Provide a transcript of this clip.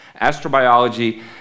Astrobiology